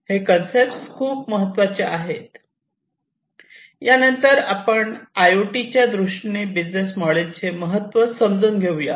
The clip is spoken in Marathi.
हे कन्सेप्ट खूप महत्त्वाचे आहे यानंतर आपण आय ओ टी च्या दृष्टीने बिझनेस मोडेल चे महत्त्व समजून घेऊयात